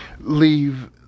leave